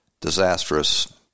disastrous